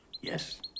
Yes